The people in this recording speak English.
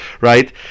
right